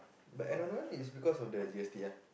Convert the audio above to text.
but another one is because of the G_S_T lah